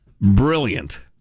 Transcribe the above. brilliant